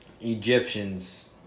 Egyptians